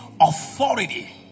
authority